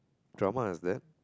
drama has that